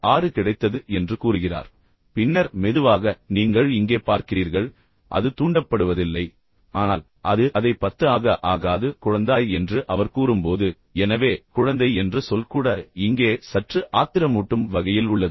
6 கிடைத்தது என்று கூறுகிறார் பின்னர் மெதுவாக நீங்கள் இங்கே பார்க்கிறீர்கள் அது தூண்டப்படுவதில்லை ஆனால் அது அதை 10 ஆக ஆகாது குழந்தாய் என்று அவர் கூறும் போது எனவே குழந்தை என்ற சொல் கூட இங்கே சற்று ஆத்திரமூட்டும் வகையில் உள்ளது